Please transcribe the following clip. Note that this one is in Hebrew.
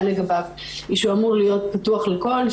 לגביו היא שהוא אמור להיות פתוח לכל,